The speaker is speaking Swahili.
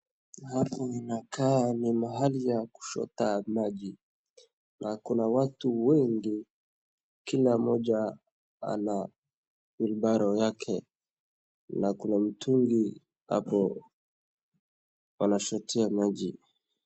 Hapa inakaa ni mahali ya kuchota maji na kuna watu wengi kila mmoja ana wheelbarrow yake na kuna mtungi hapo wanachotea maji.